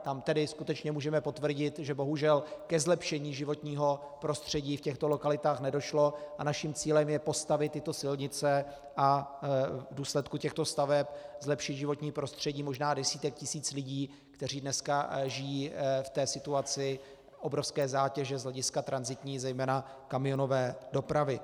Tam tedy skutečně můžeme potvrdit, že bohužel ke zlepšení životního prostředí v těchto lokalitách nedošlo, a naším cílem je postavit tyto silnice a v důsledku těchto staveb zlepšit životní prostředí možná desítek tisíc lidí, kteří dneska žijí v té situaci obrovské zátěže z hlediska tranzitní, zejména kamionové dopravy.